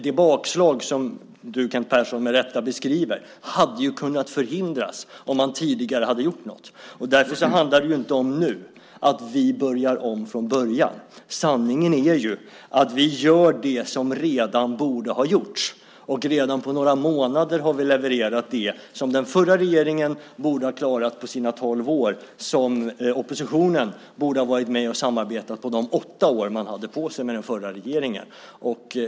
Det bakslag som Kent Persson med rätta beskriver hade kunnat förhindras om man hade gjort något tidigare. Därför handlar det inte om att vi nu börjar om från början. Sanningen är ju att vi gör det som redan borde ha gjorts. Och redan på några månader har vi levererat det som den förra regeringen borde ha klarat under sina tolv år och som oppositionen borde ha varit med och samarbetat om under de åtta år man hade på sig med den förra regeringen.